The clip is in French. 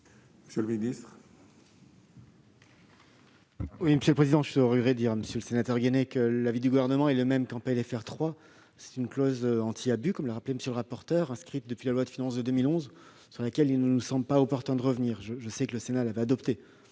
Monsieur le ministre,